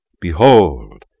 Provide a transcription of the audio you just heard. Behold